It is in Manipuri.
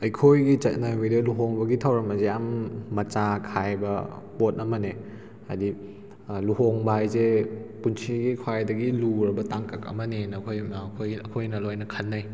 ꯑꯩꯈꯣꯏꯒꯤ ꯆꯠꯅꯕꯤꯗ ꯂꯨꯍꯣꯡꯕꯒꯤ ꯊꯧꯔꯝ ꯑꯁꯦ ꯌꯥꯝ ꯃꯆꯥ ꯈꯥꯏꯕ ꯄꯣꯠ ꯑꯃꯅꯦ ꯍꯥꯏꯗꯤ ꯂꯨꯍꯣꯡꯕ ꯍꯥꯏꯁꯦ ꯄꯨꯟꯁꯤꯒꯤ ꯈ꯭ꯋꯥꯏꯗꯒꯤ ꯂꯨꯈ꯭ꯔꯕ ꯇꯥꯡꯀꯛ ꯑꯃꯅꯦꯅ ꯑꯩꯈꯣꯏꯅ ꯑꯩꯈꯣꯏꯅ ꯂꯣꯏꯅ ꯈꯟꯅꯩ